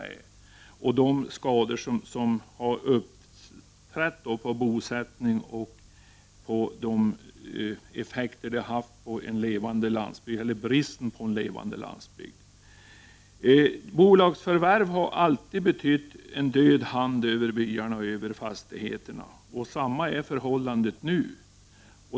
Vi känner till de skador som har orsakats när det gäller bosättning och den motverkan mot en levande landsbygd som detta har lett till. Bolagsförvärv har alltid betytt en död hand över byarna och fastigheterna. Förhållandet är detsamma nu.